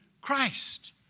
Christ